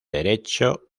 derecho